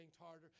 harder